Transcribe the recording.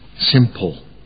simple